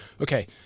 okay